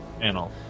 panel